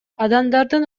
адамдардын